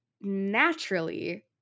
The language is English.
naturally